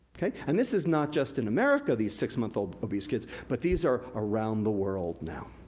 and this is not just in america, these six month old obese kids, but these are around the world now.